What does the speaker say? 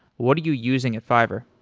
what are you using at fiverr?